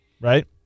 right